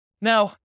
Now